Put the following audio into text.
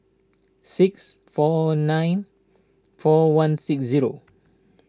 six four nine four one six zero